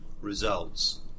results